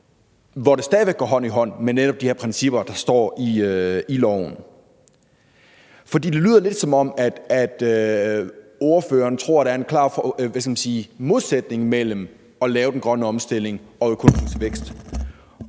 hvor det stadig væk går hånd i hånd med netop de her principper, der står i loven? For det lyder lidt, som om ordføreren tror, der er en klar modsætning mellem at lave den grønne omstilling og økonomisk vækst,